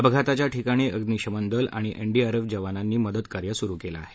अपघाताच्या ठिकाणी अग्निशमन दला आणि एनडीआरएफच्या जवानांनी मदतकार्य सुरू आहे